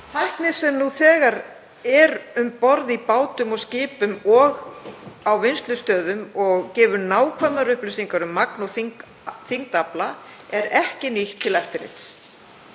Tækni sem nú þegar er um borð í bátum og skipum og á vinnslustöðvum og gefur nákvæmar upplýsingar um magn og þyngd afla er ekki nýtt til eftirlits.